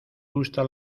gusta